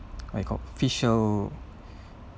like got facial